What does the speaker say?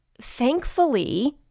Thankfully